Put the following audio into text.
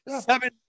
seven